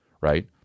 right